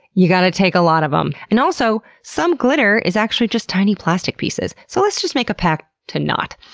you gotta take a lot of em. and also, some glitter is actually just tiny plastic pieces. so let's just make a pact to not.